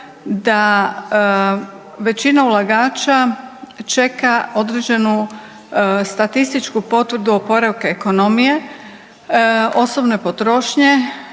da većina ulagača čeka određenu statističku potvrdu oporavka ekonomije, osobne potrošnje,